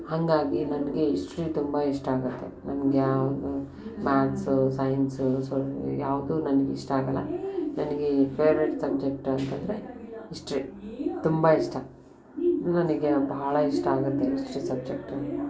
ಹಾಗಾಗಿ ನನಗೆ ಇಸ್ಟ್ರಿ ತುಂಬ ಇಷ್ಟ ಆಗುತ್ತೆ ನನ್ಗೆ ಯಾವುದೂ ಮ್ಯಾತ್ಸು ಸೈನ್ಸು ಸೊ ಯಾವುದೂ ನನ್ಗೆ ಇಷ್ಟ ಆಗೋಲ್ಲ ನನಗೆ ಫೇವ್ರೇಟ್ ಸಬ್ಜೆಕ್ಟು ಅಂತಂದರೆ ಹಿಸ್ಟ್ರಿ ತುಂಬ ಇಷ್ಟ ನನಗೆ ಭಾಳ ಇಷ್ಟ ಆಗುತ್ತೆ ಹಿಸ್ಟ್ರಿ ಸಬ್ಜೆಕ್ಟು